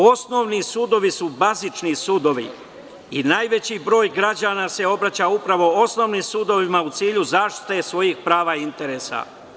Osnovni sudovi su bazični sudovi i najveći broj građana se obraća upravo osnovnim sudovima, u cilju zaštite svojih prava i interesa.